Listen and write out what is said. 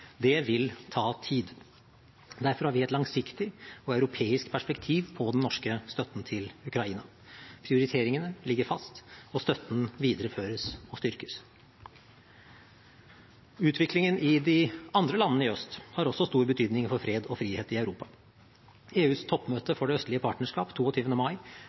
Det vil ta tid. Derfor har vi et langsiktig og europeisk perspektiv på den norske støtten til Ukraina. Prioriteringene ligger fast, og støtten videreføres og styrkes. Utviklingen i de andre landene i øst har også stor betydning for fred og frihet i Europa. EUs toppmøte for Det østlige partnerskap 22. mai